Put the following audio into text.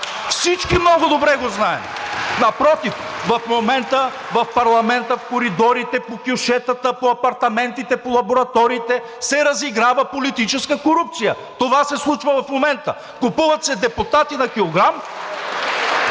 банките от ГЕРБ-СДС.) Напротив, в момента в парламента, в коридорите, по кьошетата, по апартаментите, по лабораториите се разиграва политическа корупция. Това се случва в момента – купуват се депутати на килограм